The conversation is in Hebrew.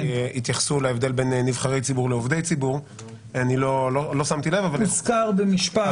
התייחסו להבדל בין נבחרי ציבור ועובדי ציבור --- זה הוזכר במשפט.